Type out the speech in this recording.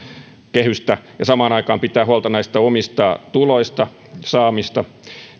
kehystä ja samaan aikaan pitää huolta näistä omista tuloista niin tietenkin